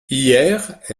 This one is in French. hier